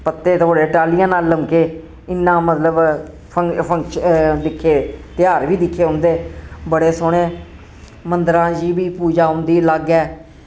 पत्ते तोड़े ढालियां नाल लमके इन्ना मतलव फंक फंक्श दिक्खे त्यहार वी दिक्खे उंदे बड़े सोह्ने मन्दरां च वी पूजा होंदी लाग्गै